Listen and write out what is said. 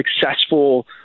successful